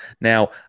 Now